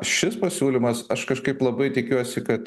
šis pasiūlymas aš kažkaip labai tikiuosi kad